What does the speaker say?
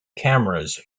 cameras